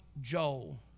Joel